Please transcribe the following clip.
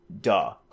Duh